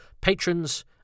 Patrons